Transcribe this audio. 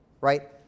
right